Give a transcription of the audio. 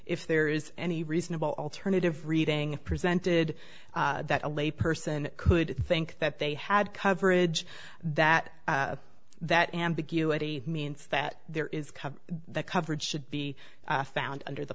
if there is any reasonable alternative reading presented that a lay person could think that they had coverage that that ambiguity means that there is cover the coverage should be found under the